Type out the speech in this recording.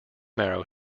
marrow